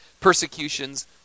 persecutions